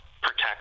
protect